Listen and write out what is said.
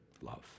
love